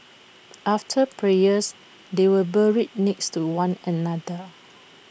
after prayers they were buried next to one another